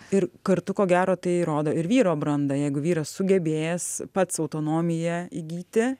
ir kartu ko gero tai rodo ir vyro brandą jeigu vyras sugebės pats autonomiją įgyti